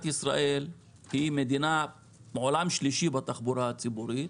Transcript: ישראל היא מדינה מעולם שלישי בתחבורה הציבורית,